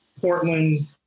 Portland